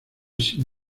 sin